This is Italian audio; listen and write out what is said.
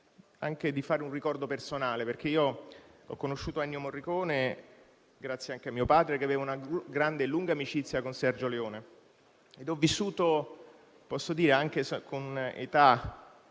anche di portare un ricordo personale, perché io ho conosciuto Ennio Morricone grazie a mio padre, che aveva una grande e lunga amicizia con Sergio Leone, ed ho vissuto - posso dire anche con età